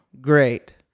great